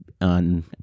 on